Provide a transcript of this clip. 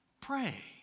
pray